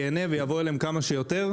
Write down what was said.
ייהנה ויבוא אליהם כמה שיותר.